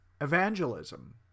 Evangelism